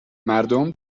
مردم